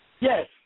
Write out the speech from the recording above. Yes